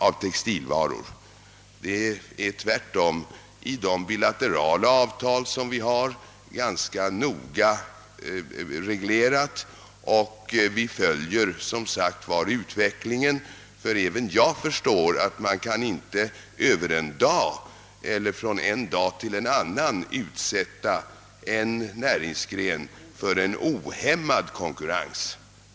Den är tvärtom rätt noga reglerad i de bilaterala avtal som vi ingått. Och vi följer som sagt utvecklingen. Även jag förstår självfallet att det inte går att från en dag till en annan utsätta en näringsgren för ohämmad konkurrens.